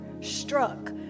struck